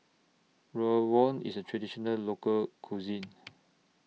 Rawon IS A Traditional Local Cuisine